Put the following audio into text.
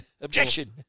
Objection